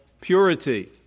purity